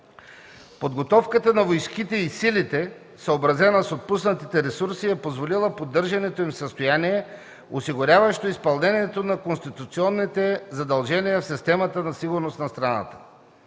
Подготовката на войските и силите, съобразена с отпуснатите ресурси, е позволила поддържането им в състояние, осигуряващо изпълнението на конституционните задължения в системата за сигурност на страната.